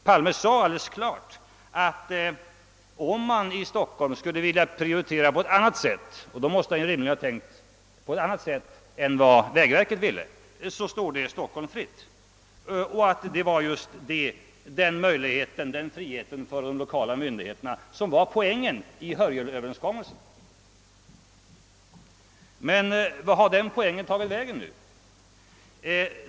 Han sade att om man i Stocholm skulle vilja prioritera på annat sätt — då måste han rimligen ha menat: på annat sätt än vägverket vill — står det de lokala myndigheterna fritt, och att denna frihet för de lokala myndigheterna var poängen i Hörjelöverenskommelsen. Vart har den poängen tagit vägen nu?